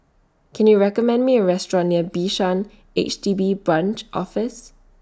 Can YOU recommend Me A Restaurant near Bishan H D B Branch Office